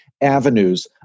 avenues